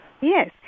Yes